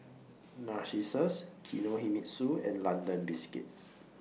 Narcissus Kinohimitsu and London Biscuits